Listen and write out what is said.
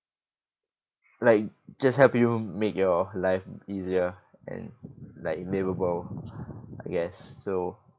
like just help you make your life easier and like liveable I guess so